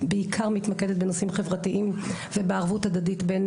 בעיקר מתמקדת בנושאים חברתיים ובערבות הדדית בין